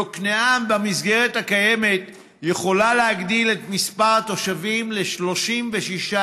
יוקנעם יכולה במסגרת הקיימת להגדיל את מספר התושבים ל-36,000,